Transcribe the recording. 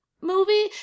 movie